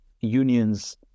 unions